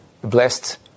blessed